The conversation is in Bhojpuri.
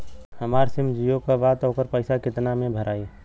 हमार सिम जीओ का बा त ओकर पैसा कितना मे भराई?